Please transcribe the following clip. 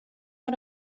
mei